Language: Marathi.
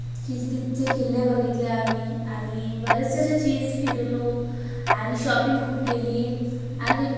किल् तिथचे किल्ले बघितले आम्ही आणि बरेसचे चीज फिरलो आणि शॉपिंग खूप केली आणि